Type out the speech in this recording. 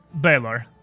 Baylor